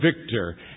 victor